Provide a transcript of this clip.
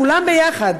כולם ביחד,